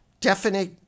definite